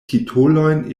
titolojn